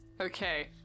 Okay